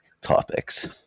Topics